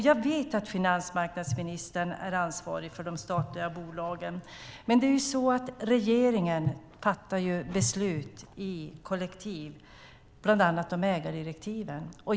Jag vet att finansmarknadsministern är ansvarig för de statliga bolagen, men regeringen fattar ju beslut i kollektiv, bland annat om ägardirektiven.